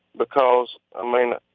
because, i mean,